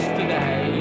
today